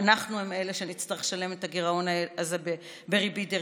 אנחנו אלה שנצטרך לשלם את הגירעון הזה בריבית דריבית.